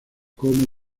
como